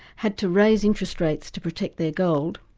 had to raise interest rates to protect their gold,